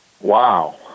Wow